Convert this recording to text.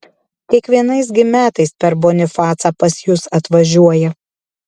kiekvienais gi metais per bonifacą pas jus atvažiuoja